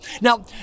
Now